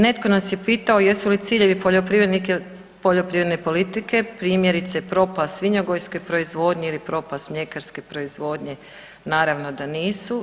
Netko nas je pitao jesu li ciljevi poljoprivrednike, poljoprivredne politike primjerice propast svinjogojske proizvodnje ili propast mljekarske proizvodnje, naravno da nisu.